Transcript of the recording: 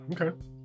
Okay